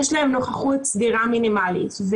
יש להם נוכחות סדירה מינימלית.